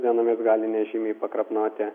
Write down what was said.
dienomis gali nežymiai pakrapnoti